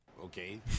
Okay